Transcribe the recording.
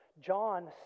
John